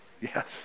Yes